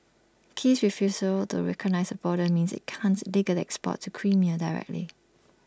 Kiev's refusal to recognise the border means IT can't legally export to Crimea directly